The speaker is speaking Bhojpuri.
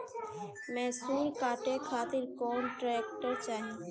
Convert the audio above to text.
मैसूर काटे खातिर कौन ट्रैक्टर चाहीं?